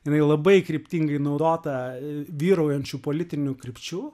jinai labai kryptingai naudota vyraujančių politinių krypčių